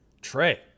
Trey